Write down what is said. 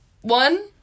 one